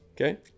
Okay